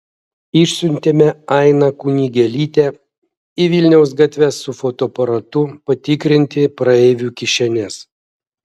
išsiuntėme ainą kunigėlytę į vilniaus gatves su fotoaparatu patikrinti praeivių kišenes